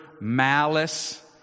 malice